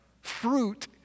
Fruit